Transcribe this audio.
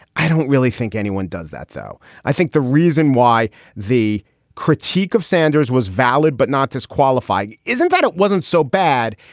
i don't really think anyone does that. so i think the reason why the critique of sanders was valid but not disqualifying. isn't that it wasn't so bad.